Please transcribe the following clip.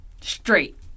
straight